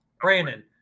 Brandon